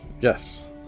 yes